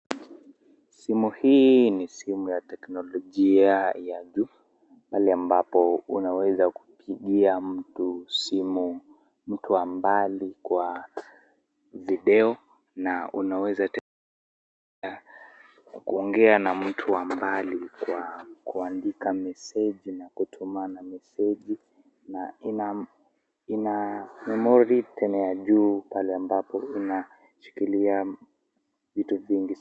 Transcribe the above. Simu hii ni simu ya teknolojia ya juu pale ambapo unaweza kumpigia mtu simu, mtu wa mbali kwa video na unaweza kuongea na mtu wa mbali kwa kuandika meseji na kutumana meseji na ina ina memory tena ya juu pale ambapo inashikilia vitu vingi.